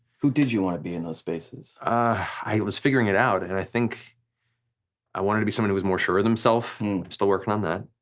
who did you wanna be in those spaces? i was figuring it out and i think i wanted to be someone who was more sure of themself. i'm still working on that.